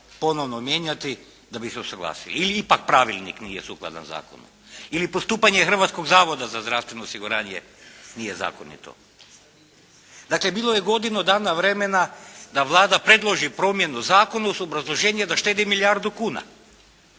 ponovno mijenjati da bi se usaglasili? Ili ipak pravilnik nije sukladan zakonu? Ili postupanje Hrvatskog zavoda za zdravstveno osiguranje nije zakonito? Dakle, bilo je godinu dana vremena da Vlada predloži promjenu u zakonu uz obrazloženje da štedi milijardu kuna.